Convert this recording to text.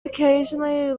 occasionally